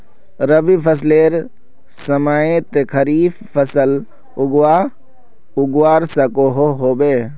रवि फसलेर समयेत खरीफ फसल उगवार सकोहो होबे?